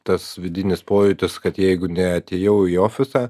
tas vidinis pojūtis kad jeigu neatėjau į ofisą